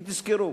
כי תזכרו,